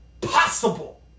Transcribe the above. possible